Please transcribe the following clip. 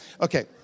Okay